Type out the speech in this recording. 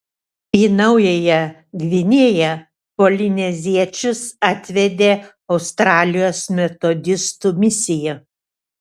į naująją gvinėją polineziečius atvedė australijos metodistų misija